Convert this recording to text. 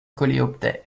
coléoptères